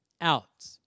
out